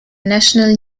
national